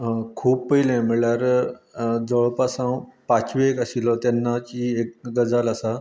खूब पयलें म्हळ्यार जवळ पास हांव पांचवेक आशिल्लों तेन्नाची एक गजाल आसा